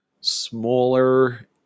smaller